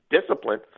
discipline